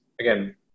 Again